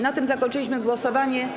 Na tym zakończyliśmy głosowanie.